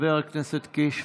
חבר הכנסת קיש,